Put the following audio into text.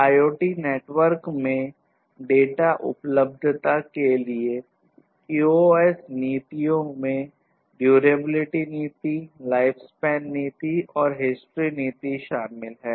IoT network में data उपलब्धता के लिए QoS नीतियों में ड्युरेबिलिटी नीति शामिल है